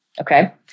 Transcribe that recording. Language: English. Okay